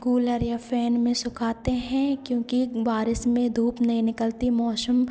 cooler या fan में सुखाते हैं क्योंकि बारिश में धूप नहीं निकलती मौसम